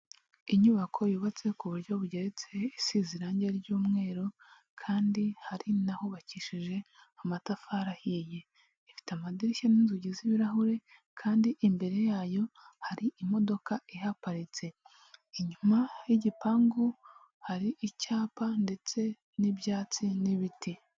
Inyubako yubatse ku buryo bugeretse isize irangi ry'umweru, kandi hari n'ahubakishije amatafari ahiye ifite amadirishya n'inzugi z'ibirahure kandi imbere yayo hari imodoka ihaparitse inyuma y'igipangu hari icyapa, ndetse n'ibyatsi n'ibiti.